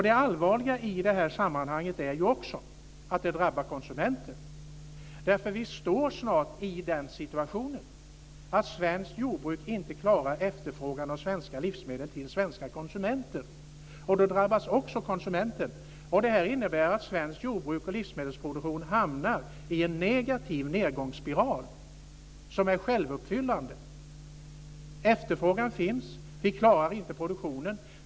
Det allvarliga i detta sammanhang är också att det drabbar konsumenten. Vi står snart i den situationen att svenskt jordbruk inte klarar efterfrågan på svenska livsmedel till svenska konsumenter. Då drabbas också konsumenten. Detta innebär att svenskt jordbruk och livsmedelsproduktionen hamnar i en negativ nedgångsspiral som är självuppfyllande. Efterfrågan finns. Vi klarar inte produktionen.